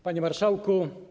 Panie Marszałku!